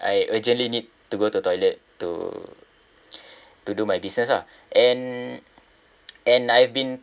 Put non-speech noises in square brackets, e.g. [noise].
I urgently need to go to toilet to [breath] to do my business lah and and I've been